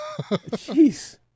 Jeez